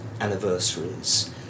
anniversaries